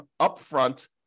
upfront